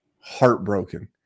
heartbroken